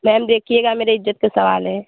ma'am देखिएगा मेरा इज़्ज़त का सवाल है